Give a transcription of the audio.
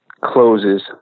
closes